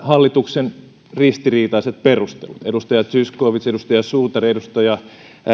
hallituksen ristiriitaiset perustelut edustaja zyskowicz edustaja suutari edustaja